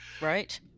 Right